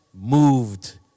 moved